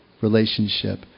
relationship